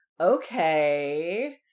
okay